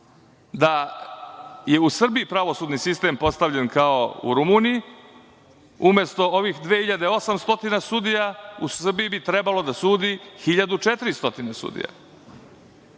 Da je i u Srbiji pravosudni sistem postavljen kao u Rumuniji, umesto ovih 2800 sudija, u Srbiji bi trebalo da sudi 1400 sudija.